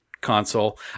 console